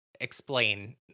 explain